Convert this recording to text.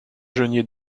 geniez